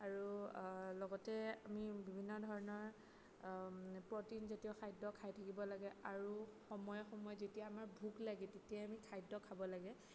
আৰু লগতে আমি বিভিন্ন ধৰণৰ প্ৰ'টিন জাতীয় খাদ্য খাই থাকিব লাগে আৰু সময়ে সময়ে যেতিয়া আমাৰ ভোক লাগে তেতিয়াই আমি খাদ্য খাব লাগে